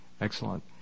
Excellent